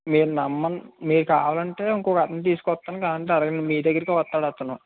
మీరు నమ్మం మీరు కావాలంటే ఇంకో అతన్ని తీసుకు వస్తాను కావాలంటే అడగండి అతను మీ దగ్గరకే వస్తాడతను